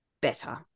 better